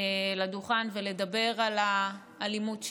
לדוכן ולדבר על האלימות שיש,